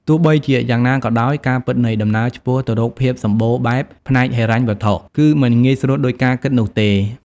ទោះបីជាយ៉ាងណាក៏ដោយ ការពិតនៃដំណើរឆ្ពោះទៅរកភាពសម្បូរបែបផ្នែកហិរញ្ញវត្ថុ គឺមិនងាយស្រួលដូចការគិតនោះទេ។